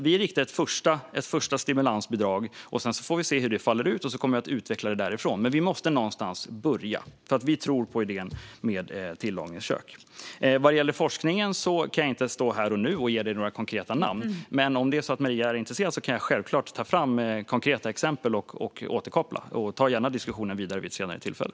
Vi riktar ett första stimulansbidrag och får sedan se hur det faller ut. Därifrån kan vi utveckla det. Men vi måste börja någonstans. Vi tror nämligen på idén om tillagningskök. Vad gäller forskningen kan jag inte här och nu ge dig några konkreta namn. Men om du är intresserad, Maria, kan jag självklart ta fram konkreta exempel och återkoppla. Jag fortsätter gärna diskussionen vid ett senare tillfälle.